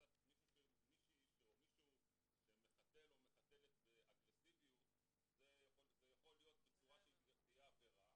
מישהי שמחתלת באגרסיביות זה יכול להיות עבירה